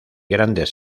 grandes